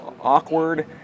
awkward